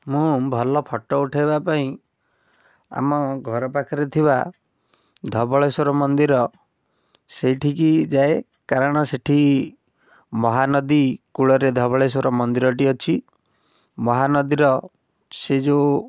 ମୁଁ ଭଲ ଫଟୋ ଉଠାଇବା ପାଇଁ ଆମ ଘର ପାଖରେ ଥିବା ଧବଳେଶ୍ୱର ମନ୍ଦିର ସେଇଠିକି ଯାଏ କାରଣ ସେଠି ମହାନଦୀ କୂଳରେ ଧବଳେଶ୍ୱର ମନ୍ଦିରଟି ଅଛି ମହାନଦୀର ସେ ଯେଉଁ